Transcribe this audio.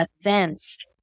events